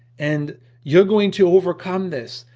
and you're going to overcome this,